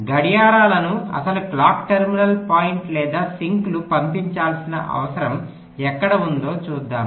గడియారాలను అసలు clock terminal point లేదా సింక్లు పంపించాల్సిన అవసరం ఎక్కడ ఉందో చూద్దాం